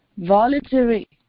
Voluntary